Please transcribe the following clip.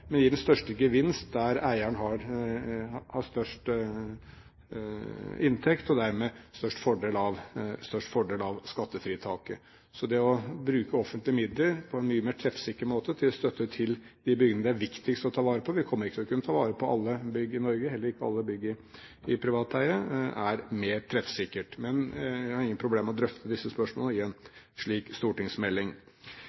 men gir den største gevinsten der eieren har størst inntekt og dermed størst fordel av skattefritaket. Så det å bruke offentlige midler for å støtte de bygningene det er viktigst å ta vare på – vi kommer ikke til å kunne ta vare på alle bygg i Norge, heller ikke alle bygg i privat eie – er mer treffsikkert. Men jeg har ingen problemer med å drøfte disse spørsmålene i en